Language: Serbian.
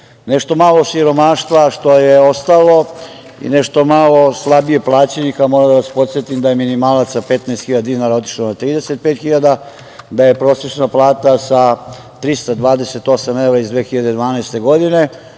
novac. Nešto malo siromaštva što je ostalo i nešto malo slabije plaćenika, moram da vas podsetim da je minimalac sa 15.000 dinara otišao na 35.000, da je prosečna plata sa 328 evra iz 2012. godine